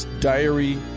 Diary